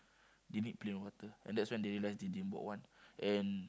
they need plain water and that's when they realize they didn't bought one and